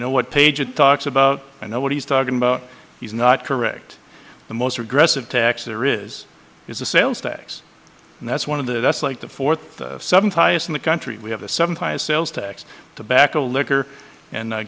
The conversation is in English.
know what page it talks about i know what he's talking about he's not correct the most regressive tax there is is the sales tax and that's one of the that's like the fourth seven tie in the country we have a seven highest sales tax to back a liquor and